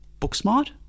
Booksmart